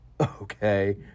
okay